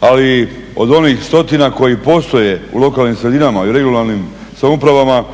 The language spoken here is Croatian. ali od onih stotina koji postoje u lokalnim sredinama i u regionalnim samoupravama